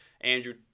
Andrew